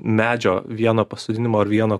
medžio vieno pasodinimo ir vieno